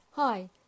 Hi